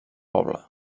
poble